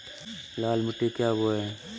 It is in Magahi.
लाल मिट्टी क्या बोए?